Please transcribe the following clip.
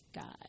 God